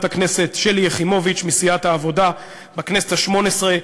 הכנסת שלי יחימוביץ מסיעת העבודה בכנסת השמונה-עשרה,